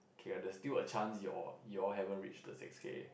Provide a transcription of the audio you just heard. okay there's still a chance you all you all haven't reached the six K